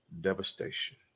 devastation